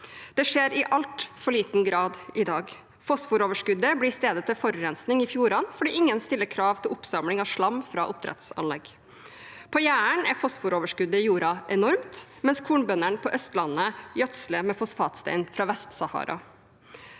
Det skjer i altfor liten grad i dag. Fosforoverskuddet blir i stedet til forurensning i fjordene fordi ingen stiller krav til oppsamling av slam fra oppdrettsanlegg. På Jæren er fosforoverskuddet i jorda enormt, mens kornbøndene på Østlandet gjødsler med fosfatstein fra Vest-Sahara.